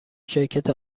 شرکت